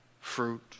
fruit